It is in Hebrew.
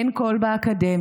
אין קול באקדמיה,